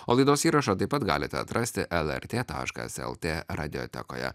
o laidos įrašą taip pat galite atrasti lrt taškas lt radiotekoje